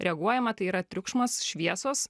reaguojama tai yra triukšmas šviesos